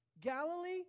Galilee